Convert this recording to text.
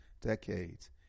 decades